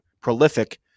prolific